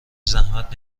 زحمت